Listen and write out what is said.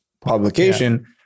publication